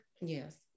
yes